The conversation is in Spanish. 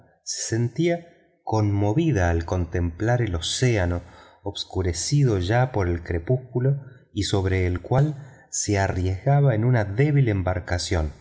sentía conmovida al contemplar el océano obscurecido ya por el crepúsculo y sobre el cual se arriesgaba en una débil embarcación